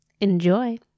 Enjoy